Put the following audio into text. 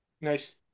Nice